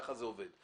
כך זה עובד.